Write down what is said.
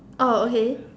oh okay